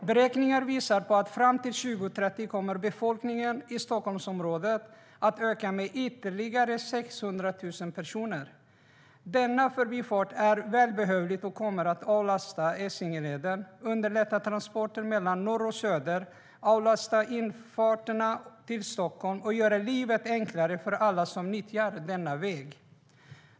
Beräkningar visar att befolkningen i Stockholmsområdet kommer att öka med ytterligare 600 000 personer fram till 2030. Förbifarten är välbehövlig och kommer att avlasta Essingeleden, underlätta transporter mellan norr och söder, avlasta infarterna till Stockholm och göra livet enklare för alla som nyttjar denna väg.